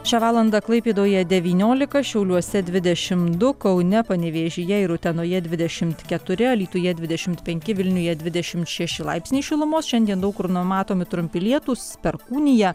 šią valandą klaipėdoje devyniolika šiauliuose dvidešimt du kaune panevėžyje ir utenoje dvidešimt keturi alytuje dvidešimt penki vilniuje dvidešimt šeši laipsniai šilumos šiandien daug kur numatomi trumpi lietūs perkūnija